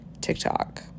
TikTok